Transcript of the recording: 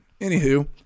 Anywho